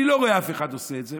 אני לא רואה אף אחד עושה את זה.